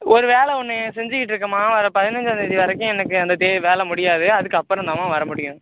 ஒரு வேலை ஒன்று செஞ்சுகிட்டு இருக்கேன்மா வரை பதினைஞ்சாந்தேதி வரைக்கும் எனக்கு வேலை முடியாது அதுக்கப்புறம் தான்மா வரமுடியும்